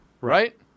right